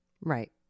Right